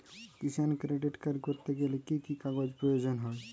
কিষান credit card করতে গেলে কি কি কাগজ প্রয়োজন হয়?